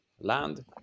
land